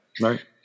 Right